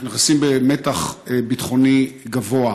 אנחנו נכנסים במתח ביטחוני גבוה.